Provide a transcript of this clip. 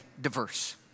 diverse